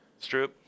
stroop